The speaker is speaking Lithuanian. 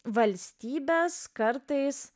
valstybes kartais